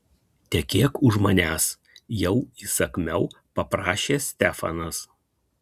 tekėk už manęs jau įsakmiau paprašė stefanas